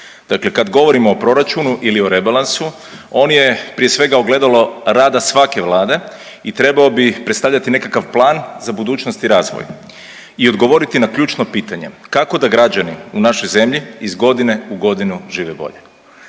Dakle kad govorimo o proračunu ili o rebalansu on je prije svega ogledalo rada svake vlade i trebao bi predstavljati nekakav plan za budućnost i razvoj i odgovoriti na ključno pitanje, kako da građani u našoj zemlji iz godine u godinu žive bolje?